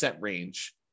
range